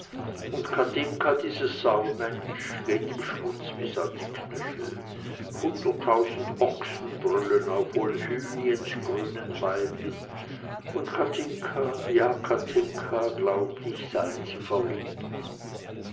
und kathinka dieses saumensch geht im schmutz bis an die knöchel hunderttausend ochsen brüllen auf wolhyniens grünen weiden und kathinka ja kathinka glaubt ich sei in sie verliebt